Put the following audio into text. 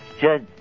Judge